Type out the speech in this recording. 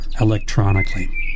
electronically